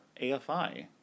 AFI